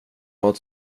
vad